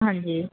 ਹਾਂਜੀ